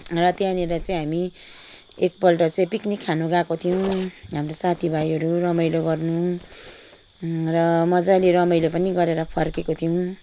र त्यहाँनिर चाहिँ हामी एकपल्ट चाहिँ पिकनिक खानु गएको थियौँ हाम्रो साथी भाइहरू रमाइलो गर्नु र मज्जाले रमाइलो पनि गरेर फर्केको थियौँ